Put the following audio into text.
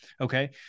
okay